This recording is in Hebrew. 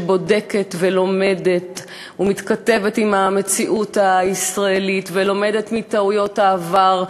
שבודקת ולומדת ומתכתבת עם המציאות הישראלית ולומדת מטעויות העבר,